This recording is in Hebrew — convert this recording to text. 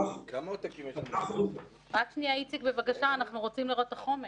איציק, בבקשה, אנחנו רוצים לראות את החומר.